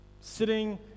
sitting